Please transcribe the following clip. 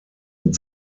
mit